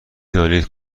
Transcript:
دانید